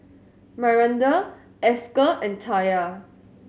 Myranda Esker and Taya